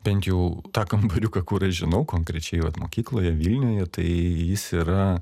bent jau tą kambariuką kur aš žinau konkrečiai vat mokykloje vilniuje tai jis yra